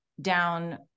down